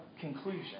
conclusion